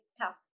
tough